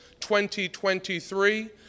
2023